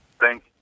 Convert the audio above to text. Thank